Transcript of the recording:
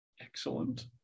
excellent